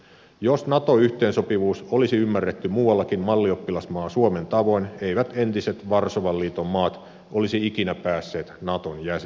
jos nato yhteensopivuus olisi ymmärretty muuallakin mallioppilasmaa suomen tavoin eivät entiset varsovan liiton maat olisi ikinä päässeet naton jäseniksi